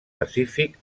pacífic